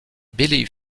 billy